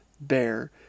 bear